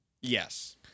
Yes